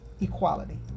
equality